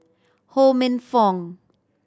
Ho Minfong